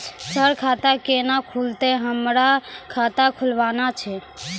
Sir खाता केना खुलतै, हमरा खाता खोलवाना छै?